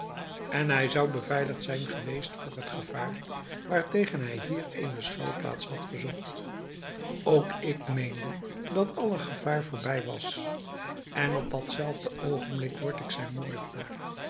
en hij zou beveiligd zijn geweest voor het gevaar waartegen hij hier eene schuilplaats had gezocht ook ik meende dat alle gevaar voorbij was en op dat zelfde oogenblik wordt ik zijn moordenaar